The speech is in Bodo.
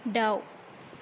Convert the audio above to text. दाउ